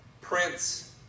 prince